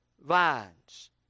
vines